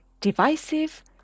divisive